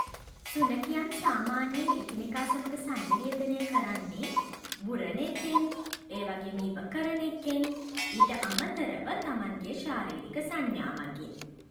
සුනඛයන් සාමාන්‍යයෙන් එකිනෙකා සමඟ සන්නිවේදනය කරන්නේ බුරන එකෙන් ඒ වගේම ඉව කරන එකෙන්. ඊට අමතරව තමන්ගේ ශාරීරික සංඥා මගින්.